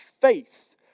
faith